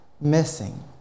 missing